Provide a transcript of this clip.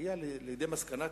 להגיע לידי מסקנה כזאת?